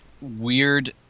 weird